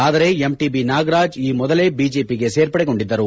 ಆದರೆ ಎಂಟಿಬಿ ನಾಗರಾಜ್ ಈ ಮೊದಲೇ ಬಿಜೆಪಿಗೆ ಸೇರ್ಪಡೆಗೊಂಡಿದ್ದರು